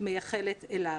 מייחלת לו.